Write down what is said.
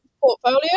Portfolio